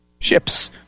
ships